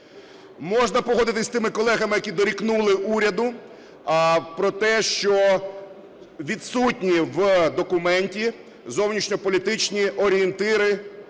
Можна погодитися з тими колегами, які дорікнули уряду про те, що відсутні в документі зовнішньополітичні орієнтири.